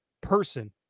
person